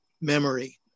memory